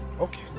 okay